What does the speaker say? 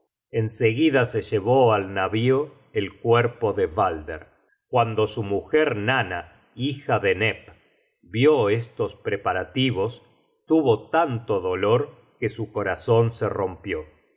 en seguida se llevó al navío el cuerpo de balder cuando su mujer nanna hija de nep vió estos preparativos tuvo tanto dolor que su corazon se rompió